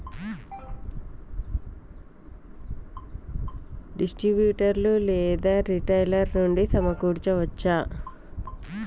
ఇతర డిస్ట్రిబ్యూటర్ లేదా రిటైలర్ నుండి సమకూర్చుకోవచ్చా?